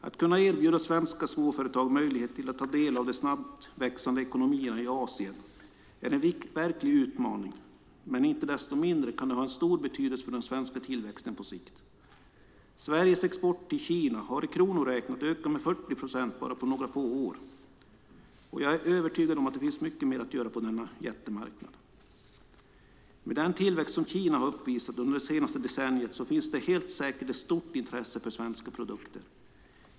Att kunna erbjuda svenska småföretag möjlighet att ta del av de snabbt växande ekonomierna i Asien är en verklig utmaning, men inte desto mindre kan det ha stor betydelse för den svenska tillväxten på sikt. Sveriges export till Kina har i kronor räknat ökat med 40 procent bara på några få år, och jag är övertygad om att det finns mycket mer att göra på denna jättemarknad. Med den tillväxt som Kina har uppvisat under det senaste decenniet finns det helt säkert ett stort intresse för svenska produkter.